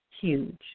huge